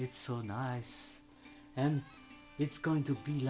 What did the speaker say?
it's so nice and it's going to be